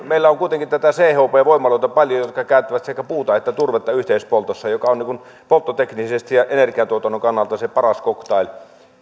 meillä on kuitenkin paljon näitä chp voimaloita jotka käyttävät sekä puuta että turvetta yhteispoltossa ja se on polttoteknisesti ja energiantuotannon kannalta se paras cocktail